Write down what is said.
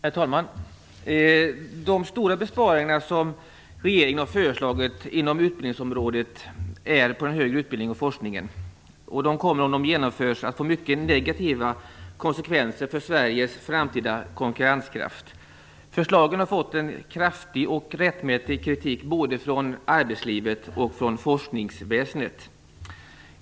Herr talman! De stora besparingar som regeringen har föreslagit inom utbildningsområdet gäller den högre utbildningen och forskningen. De kommer, om de genomförs, att få mycket negativa konsekvenser för Sveriges framtida konkurrenskraft. Förslagen har fått en kraftig och rättmätig kritik både från arbetslivet och forskningsväsendet.